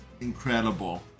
Incredible